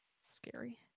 Scary